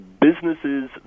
Businesses